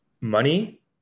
Money